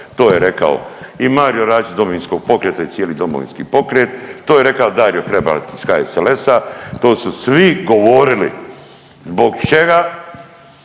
To je rekao i Mario Radić iz Domovinskog pokreta i cijeli Domovinski pokret. To je rekao Dario Hrebak iz HSLS-a. To su svi govorili zbog čega